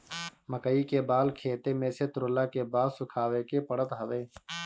मकई के बाल खेते में से तुरला के बाद सुखावे के पड़त हवे